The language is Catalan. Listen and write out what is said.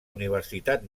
universitat